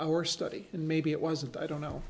our study and maybe it wasn't i don't know